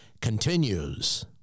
continues